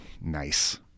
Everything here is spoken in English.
Nice